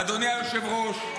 אדוני היושב-ראש,